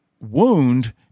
wound